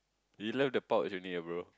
you love the pouch only ah bro